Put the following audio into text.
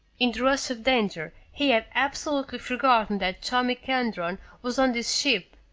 in the rush of danger, he had absolutely forgotten that tommy kendron was on this ship